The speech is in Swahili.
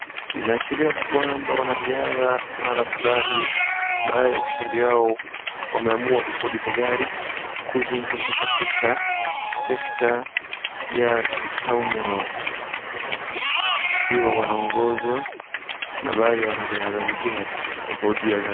Inaashiria kwamba wanariadha mahala fulani ambayo ushindi yao wameamua kukodisha gari kuzunguka katika sekta ya tauni yao wakiwa wanaongozwa na baadhi ya wanariadha wengine wako juu ya gari.